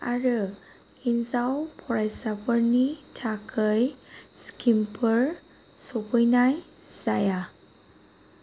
आरो हिनजाव फरायसाफोरनि थाखाय स्किमफोर सफैनाय जाया